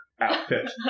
outfit